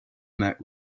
met